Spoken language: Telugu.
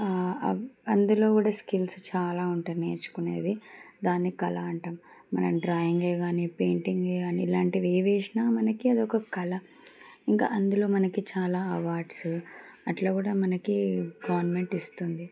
అందులో కూడా స్కిల్స్ చాలా ఉంటుంది నేర్చుకునేది దాన్ని కళా ఉంటాము మనం డ్రాయింగే కానీ పెయింటింగే కానీ ఇలాంటివి ఏవేసినా మనకి అదొక కళ ఇంకా అందులో మనకి చాలా అవార్డ్స్ అట్లా కూడా మనకి గవర్నమెంట్ ఇస్తుంది